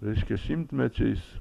reiškia šimtmečiais